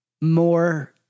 more